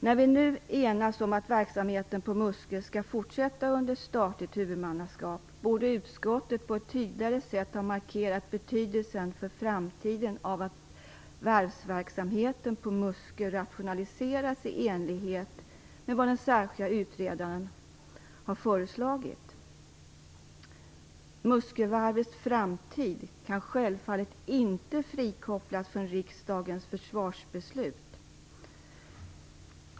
När vi nu enas om att verksamheten på Muskö skall fortsätta under statligt huvudmannaskap borde utskottet på ett tydligare sätt ha markerat betydelsen för framtiden av att varvsverksamheten på Muskö rationaliseras i enlighet med vad den särskilde utredaren har föreslagit. Muskövarvets framtid kan självfallet inte frikopplas från riksdagens försvarsbeslut.